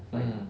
mm